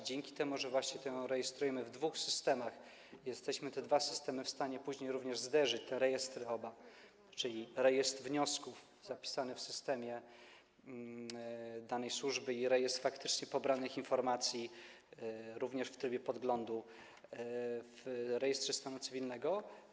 Dzięki temu, że właśnie to rejestrujemy w dwóch systemach, jesteśmy w stanie te dwa systemy później również zderzyć, te oba rejestry, czyli rejestr wniosków zapisany w systemie danej służby i rejestr faktycznie pobranych informacji, również w trybie podglądu w rejestrze stanu cywilnego.